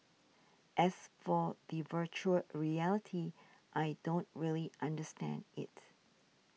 as for the virtual reality I don't really understand it